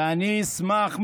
ואני אשמח מאוד,